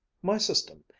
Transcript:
my system,